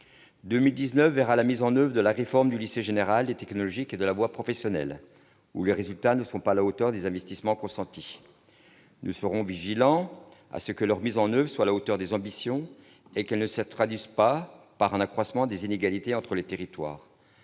2019 verra la mise en oeuvre de la réforme du lycée général et technologique et de la voie professionnelle, où les résultats ne sont pas à la hauteur des investissements consentis. Nous serons vigilants à ce que cette mise en oeuvre soit à la hauteur des ambitions et qu'elle ne se traduise pas par un accroissement des inégalités entre les territoires.